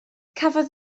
cafodd